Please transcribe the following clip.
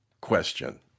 question